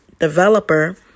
developer